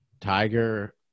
Tiger